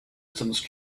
distance